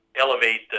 elevate